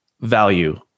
value